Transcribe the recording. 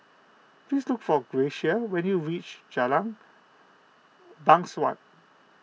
please look for Gracia when you reach Jalan Bangsawan